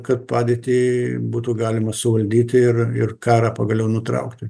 kad padėtį būtų galima suvaldyti ir ir karą pagaliau nutraukti